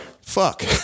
fuck